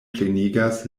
plenigas